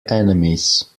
enemies